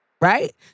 Right